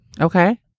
Okay